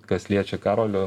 kas liečia karolio